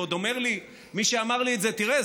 ועוד אומר לי מי שאמר לי את זה: תראה,